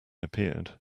appeared